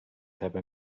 type